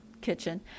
kitchen